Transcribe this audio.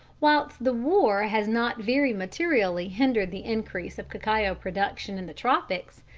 whilst the war has not very materially hindered the increase of cacao production in the tropics,